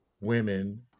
women